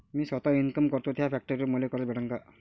मी सौता इनकाम करतो थ्या फॅक्टरीवर मले कर्ज भेटन का?